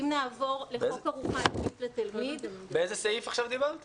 על איזה סעיף דיברת עכשיו?